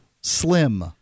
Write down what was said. slim